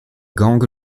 gangs